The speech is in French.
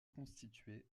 constituer